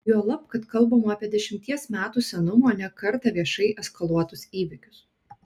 juolab kad kalbama apie dešimties metų senumo ne kartą viešai eskaluotus įvykius